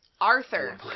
Arthur